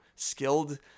skilled